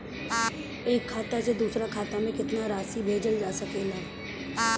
एक खाता से दूसर खाता में केतना राशि भेजल जा सके ला?